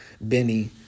Benny